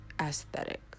aesthetic